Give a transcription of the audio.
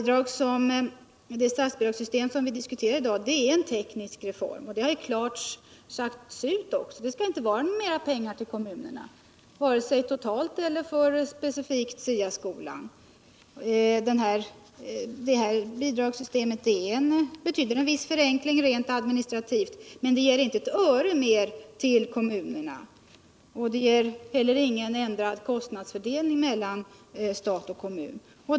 Det statsbidragssystem som vi diskuterar i dag är en teknisk reform, och det har också klart sagts ut. Kommunerna skall inte få mera pengar. varken totalt sett eller specielt för SIA-skolan. Det här bidragssystemet betyder en viss förenkling rent administrativt, men det ger inte ett öre mer till kommunerna och det innebär inte heller någon ändring av kostnadsfördelningen mellan stat och kommun.